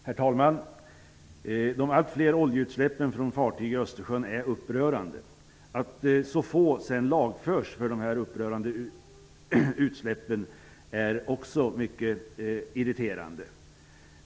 Herr talman! De allt fler oljeutsläppen från fartyg i Östersjön är upprörande. Att så få lagförs för de här upprörande utsläppen är också mycket irriterande.